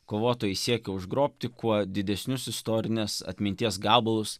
kovotojai siekia užgrobti kuo didesnius istorinės atminties gabalus